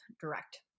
direct